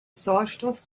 sauerstoff